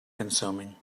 consuming